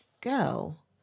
girl